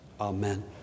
Amen